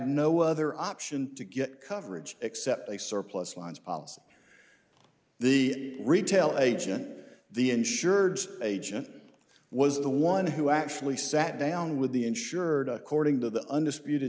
no other option to get coverage except they surplus lines the retail agent the insured agent was the one who actually sat down with the insured according to the undisputed